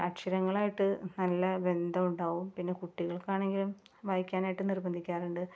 അക്ഷരങ്ങളായിട്ട് നല്ല ബന്ധം ഉണ്ടാവും പിന്നെ കുട്ടികൾക്കാണെങ്കിലും വായിക്കാനായിട്ട് നിർബന്ധിക്കാറുണ്ട്